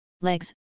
legs